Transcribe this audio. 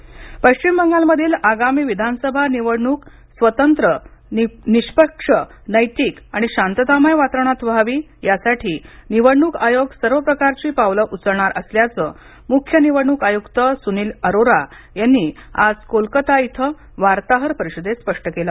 निवडणक आयोग दौरा पश्चिम बंगालमधील आगामी विधानसभा निवडणूक स्वतंत्र निष्पक्ष नैतिक आणि शांततामय वातावरणात व्हावी यासाठी निवडणूक आयोग सर्व प्रकारची पावलं उचलणार असल्याचं मुख्य निवडणूक आयुक्त सुनील अरोरा यांनी आज कोलकाता इथं वार्ताहर परिषदेत स्पष्ट केलं